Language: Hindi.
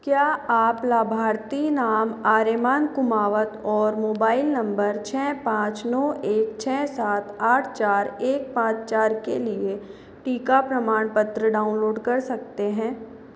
क्या आप लाभार्थी नाम आर्यमान कुमावत और मोबाइल नंबर छः पाँच नौ एक छः सात आठ चार एक पाँच चार के लिए टीका प्रमाणपत्र डाउनलोड कर सकते हैं